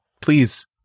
please